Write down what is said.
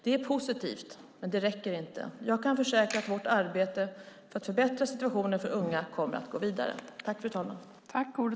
Det är positivt, men det räcker inte. Jag kan försäkra att vårt arbete för att förbättra situationen för unga kommer att gå vidare.